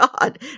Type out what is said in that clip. God